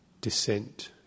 descent